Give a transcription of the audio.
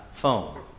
phone